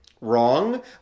wrong